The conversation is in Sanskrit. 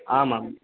आम् आम्